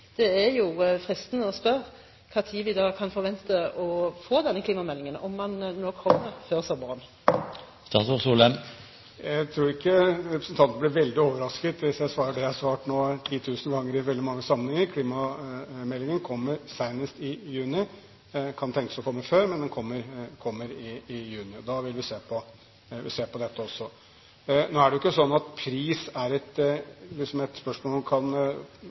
er det jo fristende å spørre når vi da kan forvente å få denne klimameldingen, om den nå kommer før sommeren. Jeg tror ikke representanten blir veldig overrasket hvis jeg svarer det jeg nå har svart 10 000 ganger i veldig mange sammenhenger: Klimameldingen kommer i juni, senest. Den kan tenkes å komme før, men den kommer i juni. Da vil vi se på dette også. Nå er det jo ikke sånn at pris er et spørsmål man kan